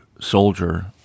soldier